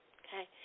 okay